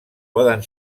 poden